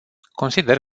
consider